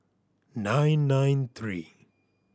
nine nine three